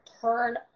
turn